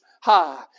High